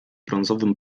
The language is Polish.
brązowym